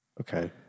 Okay